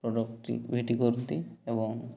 productivity କରନ୍ତି ଏବଂ